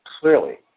clearly